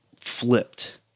flipped